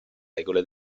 regole